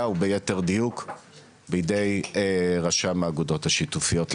וביתר דיוק בידי רשם האגודות השיתופיות.